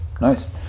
nice